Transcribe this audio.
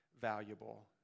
valuable